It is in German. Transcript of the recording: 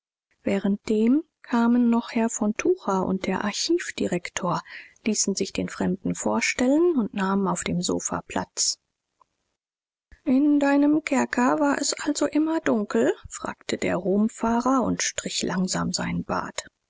währenddem kamen noch herr von tucher und der archivdirektor ließen sich den fremden vorstellen und nahmen auf dem sofa platz in deinem kerker war es also immer dunkel fragte der romfahrer und strich langsam seinen bart